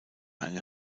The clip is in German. eine